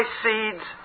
seed's